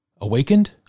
awakened